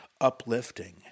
uplifting